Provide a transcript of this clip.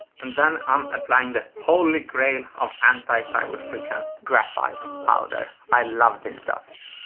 and then i'm applying the holy grail of anti-plywood friction graphite powder. i love this stuff.